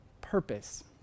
purpose